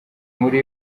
muri